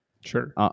sure